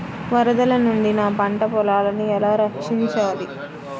వరదల నుండి నా పంట పొలాలని ఎలా రక్షించాలి?